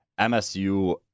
MSU